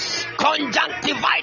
conjunctivitis